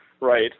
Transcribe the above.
Right